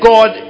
God